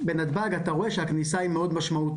ובנתב"ג אתה רואה שהכניסה היא מאוד משמעותית.